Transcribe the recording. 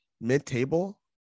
mid-table